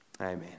Amen